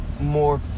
more